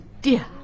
dear